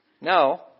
No